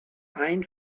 ein